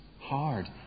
hard